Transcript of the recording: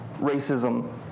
racism